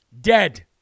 Dead